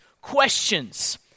questions